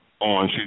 on